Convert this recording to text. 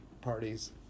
parties